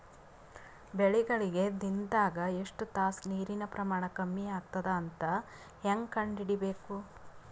ಬೆಳಿಗಳಿಗೆ ದಿನದಾಗ ಎಷ್ಟು ತಾಸ ನೀರಿನ ಪ್ರಮಾಣ ಕಮ್ಮಿ ಆಗತದ ಅಂತ ಹೇಂಗ ಕಂಡ ಹಿಡಿಯಬೇಕು?